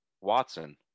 Watson